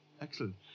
Excellent